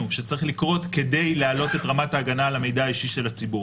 שצריך לקרות כדי להעלות את רמת ההגנה על המידע האישי של הציבור.